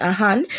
Ahan